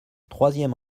troisième